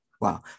Wow